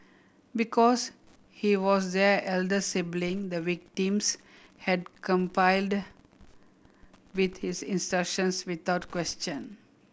because he was their elder sibling the victims had complied with his instructions without question